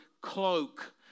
cloak